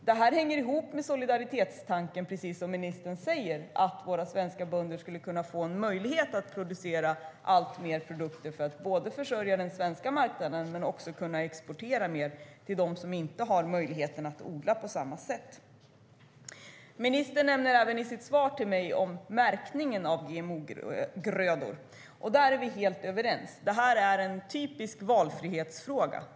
Det hänger ihop med solidaritetstanken, precis som ministern säger, att våra svenska bönder skulle kunna få möjlighet att producera alltmer produkter för att kunna försörja den svenska marknaden men också kunna exportera mer till dem som inte har möjlighet att odla på samma sätt. Ministern talar också i sitt svar till mig om märkningen av GM-grödor. Där är vi helt överens. Detta är en typisk valfrihetsfråga.